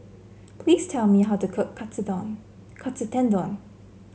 please tell me how to cook Katsu Tendon